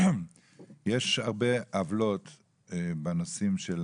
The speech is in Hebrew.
יש הרבה עוולות בנושאים של